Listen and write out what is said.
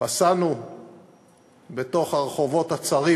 פסענו בתוך הרחובות הצרים